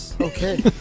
Okay